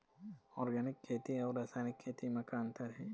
Organic खेती अउ रासायनिक खेती म का अंतर हे?